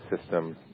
system